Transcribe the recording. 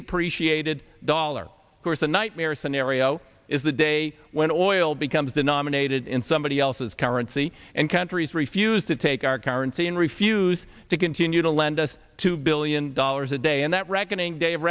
depreciated dollar course the nightmare scenario is the day when oil becomes denominated in somebody else's currency and countries refuse to take our currency and refuse to continue to lend us two billion dollars a day and that reckoning da